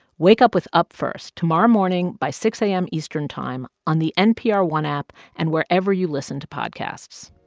wake up with up first tomorrow morning by six a m. eastern time on the npr one app and wherever you listen to podcasts